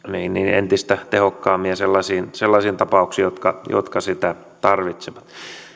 entistä tehokkaammin sellaisiin sellaisiin tapauksiin jotka jotka sitä tarvitsevat